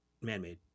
man-made